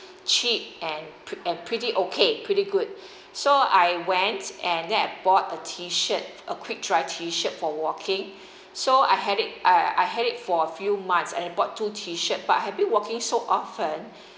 cheap and pre~ and pretty okay pretty good so I went and then I bought a t shirt a quick dry t shirt for walking so I had it uh I had it for a few months and I bought two t shirt but have been walking so often